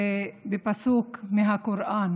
בפסוק מהקוראן,